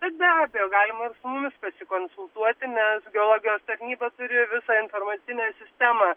bet be abejo galima ir su mumis pasikonsultuoti nes geologijos tarnyba turi visą informacinę sistemą